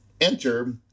enter